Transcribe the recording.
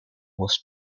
was